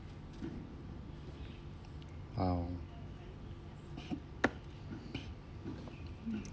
!wow!